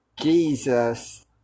Jesus